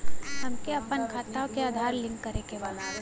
हमके अपना खाता में आधार लिंक करें के बा?